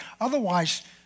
Otherwise